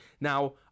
Now